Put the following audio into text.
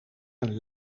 een